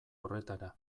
horretara